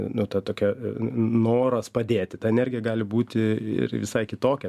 nu ta tokia noras padėti ta energija gali būti ir visai kitokia